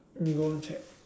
need to go home check